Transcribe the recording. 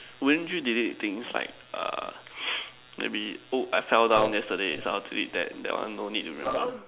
won't you delete things like uh maybe oh I fell down yesterday so to it like that one no need to remember